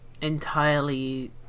entirely